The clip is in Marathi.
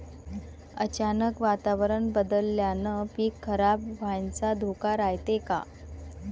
अचानक वातावरण बदलल्यानं पीक खराब व्हाचा धोका रायते का?